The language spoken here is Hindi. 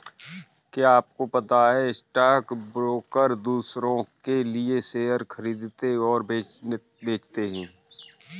क्या आपको पता है स्टॉक ब्रोकर दुसरो के लिए शेयर खरीदते और बेचते है?